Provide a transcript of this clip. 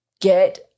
get